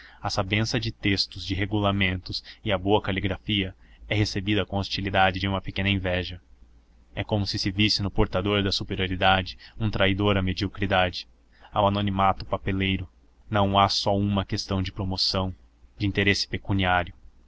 a sabença de textos de regulamentos e a boa caligrafia é recebida com a hostilidade de uma pequena inveja é como se se visse no portador da superioridade um traidor à mediocridade ao anonimato papeleiro não há só uma questão de promoção de interesse pecuniário